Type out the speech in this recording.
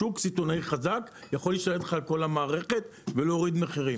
שוק סיטונאי חזק יכול להשתלט לך על כל המערכת ולהוריד מחירים.